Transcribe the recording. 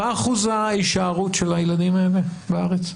מה אחוז ההישארות של הילדים האלה בארץ?